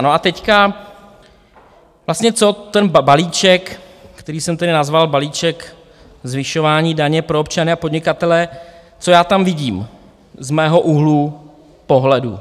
A teď vlastně, co ten balíček, který jsem tedy nazval balíček zvyšování daně pro občany a podnikatele, co já tam vidím z mého úhlu pohledu.